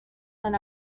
than